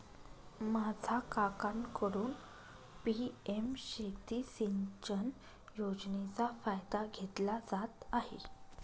माझा काकांकडून पी.एम शेती सिंचन योजनेचा फायदा घेतला जात आहे